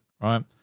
right